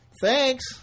Thanks